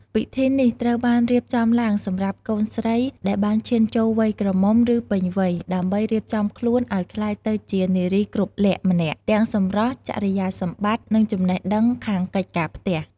ពិធីនេះត្រូវបានរៀបចំឡើងសម្រាប់កូនស្រីដែលបានឈានចូលវ័យក្រមុំ ឬពេញវ័យ ដើម្បីរៀបចំខ្លួនឱ្យក្លាយទៅជានារីគ្រប់លក្ខណ៍ម្នាក់ ទាំងសម្រស់ ចរិយាសម្បត្តិ និងចំណេះដឹងខាងកិច្ចការផ្ទះ។